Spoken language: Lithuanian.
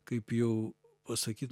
kaip jau pasakyt